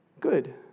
Good